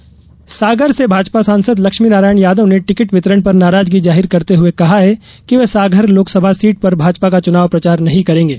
नाराज सांसद सागर से भाजपा सांसद लष्मीनारायन यादव ने टिकिट वितरण पर नाराजगी जाहिर करते हुए कहा है कि वे सागर लोकसभा सीट पर भाजपा का चनाव प्रचार नही करेंगे